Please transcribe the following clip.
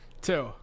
Two